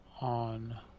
on